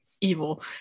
evil